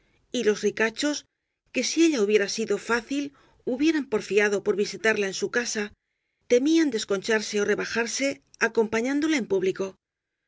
y los ricachos que si ella hubiera sido fácil hubieran porfiado por visitarla en su casa te mían desconcharse ó rebajarse acompañándola en público